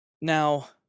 Now